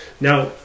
now